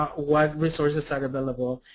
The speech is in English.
um what resources are available,